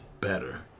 better